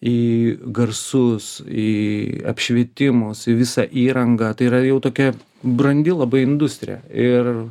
į garsus į apšvietimus į visą įrangą tai yra jau tokia brandi labai industrija ir